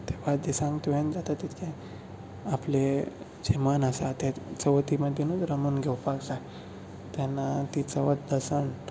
ते पांच दिसांक तुवें जाता तितकें आपलें जेवण आसा तें चवथी मतीन रमन घेवपाक जाय तेन्ना ती चवथ पसून